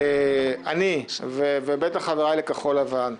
אני ובטח חבריי לכחול לבן,